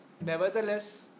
nevertheless